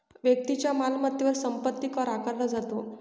व्यक्तीच्या मालमत्तेवर संपत्ती कर आकारला जातो